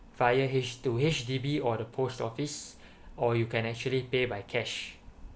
via H to H_D_B or the post office or you can actually pay by cash